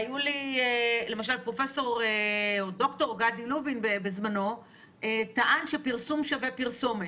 למשל ד"ר גדי לובין בזמנו טען שפרסום שווה פרסומת.